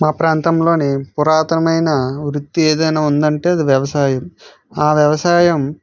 మా ప్రాంతంలోని పురాతనమైన వృత్తి ఏదైనా ఉందంటే అది వ్యవసాయం ఆ వ్యవసాయం